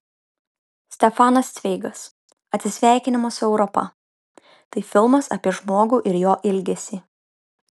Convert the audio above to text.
stefanas cveigas atsisveikinimas su europa tai filmas apie žmogų ir jo ilgesį